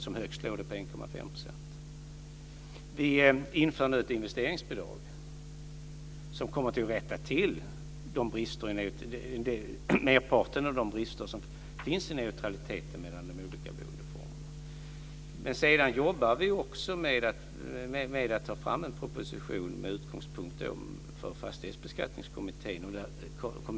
Som högst var det ju fråga om 1,5 %. Vidare inför vi nu ett investeringsbidrag som kommer att rätta till merparten av de brister som finns vad gäller neutraliteten mellan de olika boendeformerna. Vi jobbar också med att ta fram en proposition, med utgångspunkt i Fastighetsbeskattningskommitténs förslag.